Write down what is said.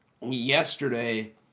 Yesterday